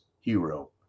hero